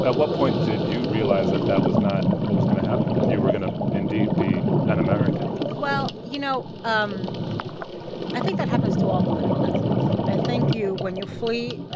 ah what point did you realize that that was not what was going to happen and you were going to indeed be an american? well, you know, um i think that happens to all political exiles. i think you when you flee